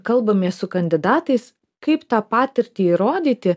kalbamės su kandidatais kaip tą patirtį įrodyti